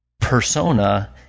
persona